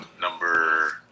number